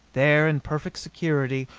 there, in perfect security,